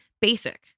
basic